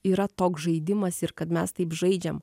yra toks žaidimas ir kad mes taip žaidžiam